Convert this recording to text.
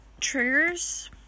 triggers